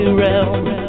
realm